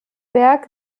werk